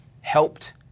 helped